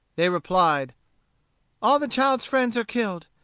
they replied all the child's friends are killed.